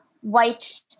white